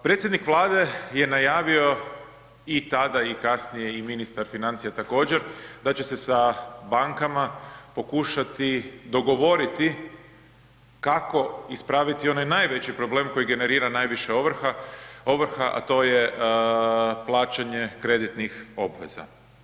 Predsjednik Vlade je najavio i tada i kasnije i ministar financija također da će se sa bankama pokušati dogovoriti kako ispraviti onaj najveći problem koji generira najviše ovrha, a to je plaćanje kreditnih obveza.